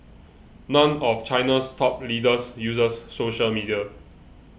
none of China's top leaders uses social media